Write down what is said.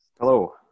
Hello